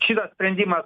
šitas sprendimas